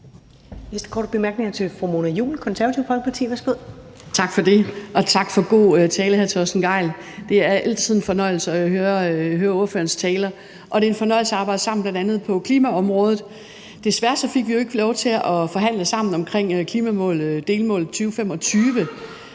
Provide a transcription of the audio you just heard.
Næste korte bemærkning er til fru Mona Juul, Det Konservative Folkeparti. Værsgo. Kl. 20:03 Mona Juul (KF): Tak for det, og tak for en god tale, hr. Torsten Gejl. Det er altid en fornøjelse at høre ordførerens taler, og det er en fornøjelse at arbejde sammen på bl.a. klimaområdet. Desværre fik vi jo ikke lov til at forhandle sammen om klimadelmålet 2025.